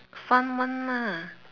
fun one lah